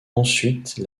ensuite